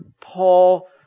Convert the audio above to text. Paul